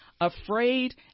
afraid